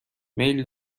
میل